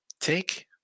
Take